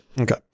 Okay